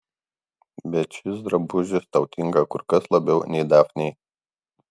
bet šis drabužis tau tinka kur kas labiau nei dafnei